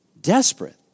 desperate